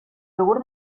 yogur